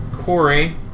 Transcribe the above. Corey